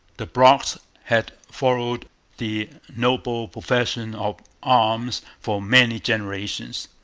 the brocks had followed the noble profession of arms for many generations.